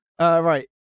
Right